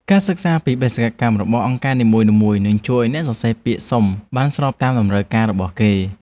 ការសិក្សាពីបេសកកម្មរបស់អង្គការនីមួយៗនឹងជួយឱ្យអ្នកសរសេរពាក្យសុំបានស្របតាមតម្រូវការរបស់គេ។